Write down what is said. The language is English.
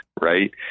right